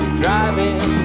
driving